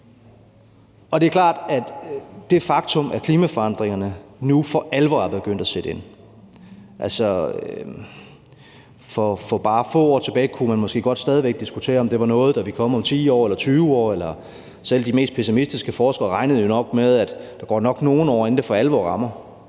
et faktum, at klimaforandringerne nu for alvor er begyndt at sætte ind. For bare få år tilbage kunne man måske stadig væk godt diskutere, om det var noget, der vil komme om 10 år eller 20 år. Selv de mest pessimistiske forskere regnede jo nok med, at der nok gik nogle år, inden det for alvor ramte,